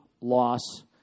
loss